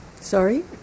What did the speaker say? Sorry